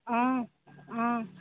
অঁ অঁ